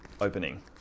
opening